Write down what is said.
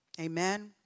Amen